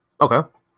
Okay